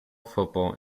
football